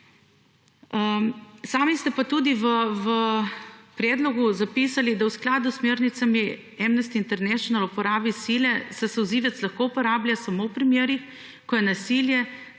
Sami ste pa tudi v predlogu zapisali, da v skladu s smernicami Amnesty International o uporabi sile, se solzivec lahko uporablja samo v primerih, ko je nasilje